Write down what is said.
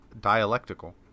dialectical